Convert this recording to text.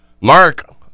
Mark